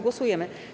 Głosujemy.